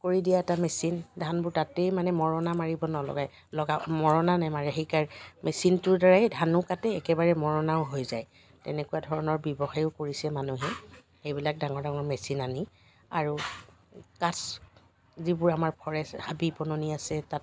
কৰি দিয়া এটা মেচিন ধানবোৰ তাতে মানে মৰণা মাৰিব নালাগে লগা মৰণা নামাৰে সেইকাৰণে মেচিনটোৰ দ্বাৰা ধানো কাটে একেবাৰে মৰণাও হৈ যায় তেনেকুৱা ধৰণৰ ব্যৱসায়ো কৰিছে মানুহে সেইবিলাক ডাঙৰ ডাঙৰ মেচিন আনি আৰু কাঠ যিবোৰ আমাৰ ফ'ৰে হাবি বননি আছে তাত